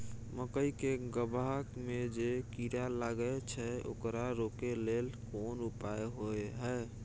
मकई के गबहा में जे कीरा लागय छै ओकरा रोके लेल कोन उपाय होय है?